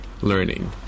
learning